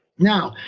now,